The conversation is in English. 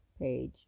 page